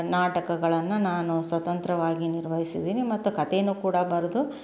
ನಾಟಕಗಳನ್ನು ನಾನು ಸ್ವತಂತ್ರವಾಗಿ ನಿರ್ವಹಿಸಿದೀನಿ ಮತ್ತು ಕತೆನೂ ಕೂಡ ಬರೆದು